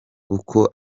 uko